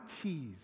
tease